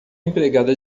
empregada